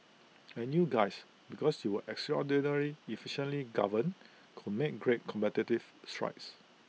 and you guys because you were extraordinary efficiently governed could make great competitive strides